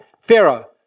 Pharaoh